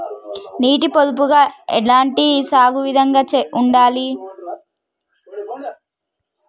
నీటి పొదుపుగా ఎలాంటి సాగు విధంగా ఉండాలి?